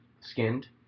skinned